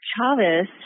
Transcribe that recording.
Chavez